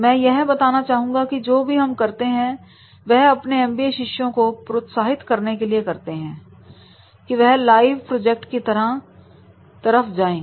मैं यह भी बताना चाहूंगा कि जो भी हम करते हैं वह अपने एमबीए शिष्यों को प्रोत्साहित करने के लिए करते हैं कि वह लाइव प्रोजेक्ट की तरफ जाएं